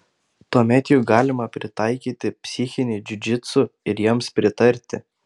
tuomet juk galima pritaikyti psichinį džiudžitsu ir jiems pritarti